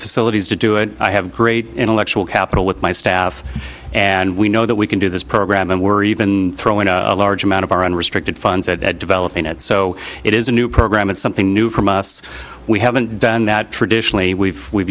facilities to do it i have great intellectual capital with my staff and we know that we can do this program and we're even throwing a large amount of our unrestricted funds at developing it so it is a new program and something new from us we haven't done that traditionally we've we've